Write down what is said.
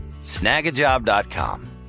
Snagajob.com